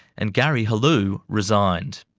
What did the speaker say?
and gary helou resigned.